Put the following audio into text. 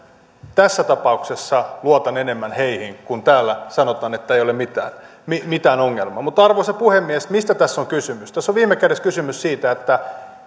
tässä tapauksessa luotan enemmän heihin kun täällä sanotaan että ei ole mitään ongelmaa mutta arvoisa puhemies mistä tässä on kysymys tässä on viime kädessä kysymys siitä että